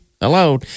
Hello